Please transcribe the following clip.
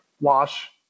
wash